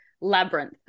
Labyrinth